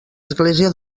església